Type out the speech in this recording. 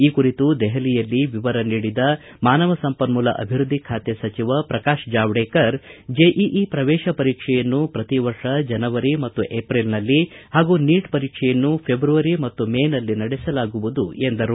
ಈ ಕುರಿತು ದೆಹಲಿಯಲ್ಲಿ ವಿವರ ನೀಡಿದ ಮಾನವ ಸಂಪನ್ಮೂಲ ಅಭಿವೃದ್ಧಿ ಖಾತೆ ಸಚಿವ ಪ್ರಕಾಶ್ ಜಾವಡೇಕರ್ ಜೆಇಇ ಪ್ರವೇಶ ಪರೀಕ್ಷೆಯನ್ನು ಪ್ರತಿ ವರ್ಷ ಜನವರಿ ಮತ್ತು ಏಪ್ರಿಲ್ನಲ್ಲಿ ಹಾಗೂ ನೀಟ್ ಪರೀಕ್ಷೆಯನ್ನು ಫೆಬ್ರವರಿ ಮತ್ತು ಮೇ ನಲ್ಲಿ ನಡೆಸಲಾಗುವುದು ಎಂದರು